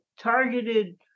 targeted